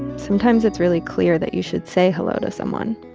sometimes it's really clear that you should say hello to someone.